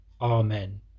amen